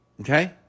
Okay